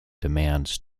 demands